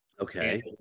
okay